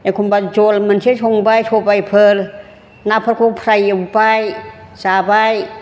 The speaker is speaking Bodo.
एखमब्ला जहल मोनसे संबाय सबाइफोर नाफोरखौ फ्राय एवबाय जाबाय